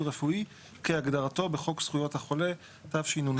רפואי כהגדרתו בחוק זכויות החולה תשנ"ו-1966.